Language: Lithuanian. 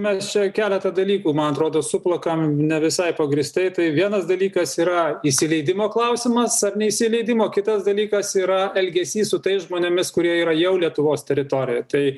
mes čia keletą dalykų man atrodo suplakam ne visai pagrįstai tai vienas dalykas yra įsileidimo klausimas ar neįsileidimo kitas dalykas yra elgesys su tais žmonėmis kurie yra jau lietuvos teritorijoj tai